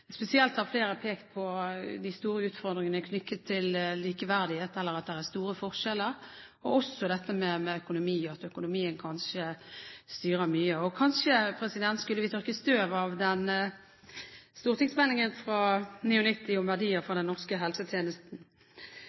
har pekt spesielt på de store utfordringene knyttet til likeverdighet, til at det er store forskjeller og også dette med økonomi – at økonomien kanskje styrer mye. Kanskje skulle vi ha tørket støv av den stortingsmeldingen fra 1999 om verdier for den norske helsetjenesten.